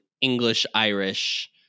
English-Irish